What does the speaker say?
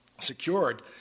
secured